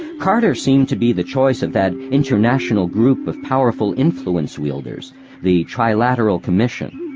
carter seemed to be the choice of that international group of powerful influence wielders the trilateral commission.